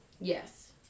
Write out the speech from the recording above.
Yes